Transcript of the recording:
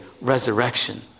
resurrection